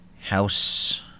House